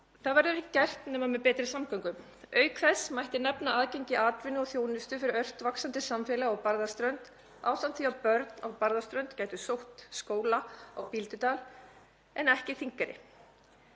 Það verður ekki gert nema með betri samgöngum. Auk þess mætti nefna aðgengi að atvinnu og þjónustu fyrir ört vaxandi samfélag á Barðaströnd ásamt því að börn á Barðaströnd gætu sótt skóla á Bíldudal en ekki Þingeyri.